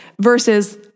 versus